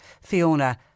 Fiona